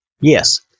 Yes